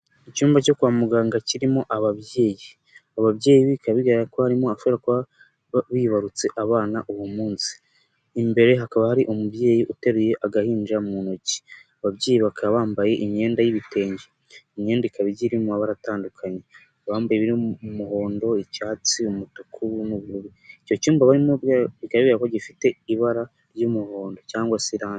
Icyumba cyo kwa muganga kirimo ababyeyi, abo babyeyi bikaba bigaragara ko harimo abashobora kuba bibarutse abana uwo munsi, imbere hakaba hari umubyeyi uteruye agahinja mu ntoki, ababyeyi bakaba bambaye imyenda y'ibitenge, imyenda ikaba igiye iri mu mabara atandukanye, abambaye ibiri mu muhondo, icyatsi, umutuku n'ubururu, icyo cyumba barimo bikaba bigaragara ko gifite ibara ry'umuhondo cyangwa se irangi.